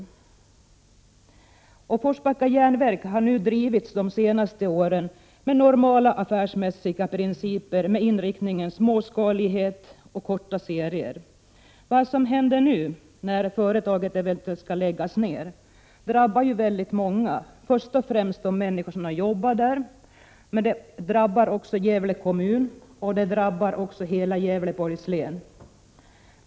Forsbacka Jernverk har nu under de senaste åren drivits med normala affärsmässiga principer, med inriktning på småskalighet och korta serier. Det som nu händer, när företaget eventuellt skall läggas ned, drabbar väldigt många, först och främst de människor som har jobbat där men också Gävle kommun och hela Gävleborgs län.